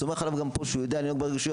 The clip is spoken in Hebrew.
אני סומך עליו גם פה שהוא ידע לנהוג ברגישויות.